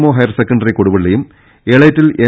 O higher secondary കൊടുവള്ളിയും Elettil M